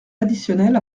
additionnels